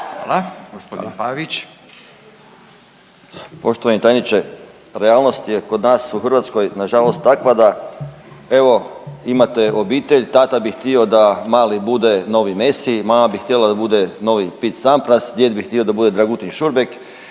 Hvala. Gospodin Pavić.